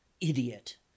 Idiot